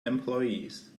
employees